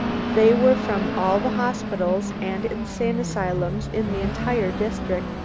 they were from all the hospitals and insane asylums in the entire district.